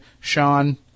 Sean